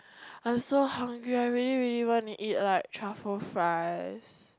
I'm so hungry I really really want to eat like truffle fries